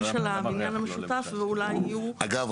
של הבניין המשותף ואולי יהיו --- אגב,